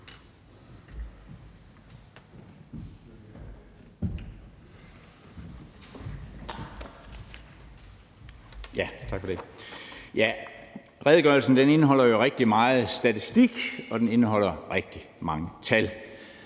Redegørelsen indeholder jo rigtig meget statistik, og den indeholder rigtig mange tal.